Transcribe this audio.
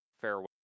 farewell